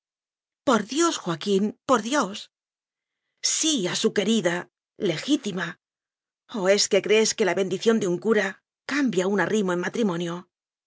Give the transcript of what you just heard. por dios joaquín por dios sí a su querida legítima o es que crees que la bendición de un cura cambia un arrimo en matrimonio